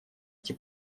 эти